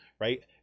right